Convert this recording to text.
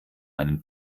einen